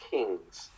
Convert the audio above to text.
Kings